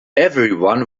everyone